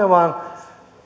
vaan